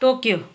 Tokyo